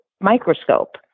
microscope